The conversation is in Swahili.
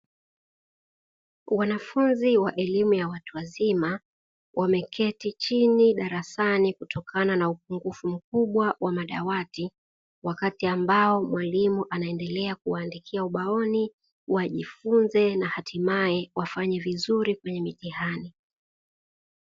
Wanafunzi wa elimu ya watu wazima, wameketi chini darasani kutokana na upungufu mkubwa wa madawati, wakati ambao mwalimu anaendelea kuwaandikia ubaoni, wajifunze na hatimaye wafanye vizuri kwenye mitihani.